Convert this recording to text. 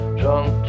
drunk